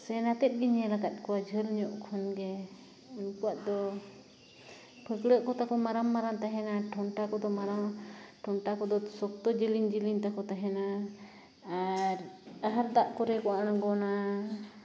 ᱥᱮᱱ ᱟᱛᱮᱫ ᱜᱤᱧ ᱧᱮᱞ ᱟᱠᱟᱫ ᱠᱚᱣᱟ ᱡᱷᱟᱹᱞ ᱧᱚᱜ ᱠᱷᱚᱱ ᱜᱮ ᱩᱱᱠᱩᱣᱟᱜ ᱫᱚ ᱯᱷᱟᱹᱠᱲᱟᱹᱜ ᱠᱚ ᱛᱟᱠᱚ ᱢᱟᱨᱟᱝ ᱢᱟᱨᱟᱝ ᱛᱟᱦᱮᱱᱟ ᱴᱷᱚᱱᱴᱟ ᱠᱚᱫᱚ ᱢᱟᱨᱟᱝ ᱴᱷᱚᱱᱴᱟ ᱠᱚᱫᱚ ᱥᱚᱠᱛᱚ ᱡᱮᱞᱮᱧ ᱡᱮᱞᱮᱧ ᱛᱟᱠᱚ ᱛᱟᱦᱮᱱᱟ ᱟᱨ ᱟᱦᱟᱨ ᱫᱟᱜ ᱠᱚᱨᱮ ᱠᱚ ᱟᱬᱜᱚᱱᱟ